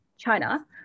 China